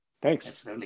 Thanks